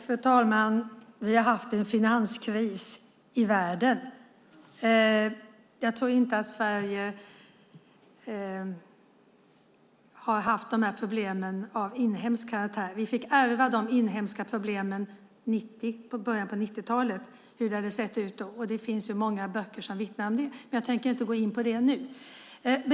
Fru talman! Vi har haft en finanskris i världen. Jag tror inte att Sveriges problem har varit av inhemsk karaktär. Vi fick ärva de inhemska problemen i början av 90-talet. Det finns många böcker som vittnar om hur det såg ut då, men jag tänker inte gå in på det nu.